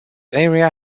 area